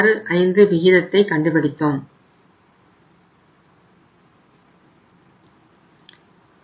8565 விகிதத்தை கண்டுபிடித்தோம்